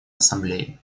ассамблеи